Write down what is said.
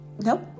nope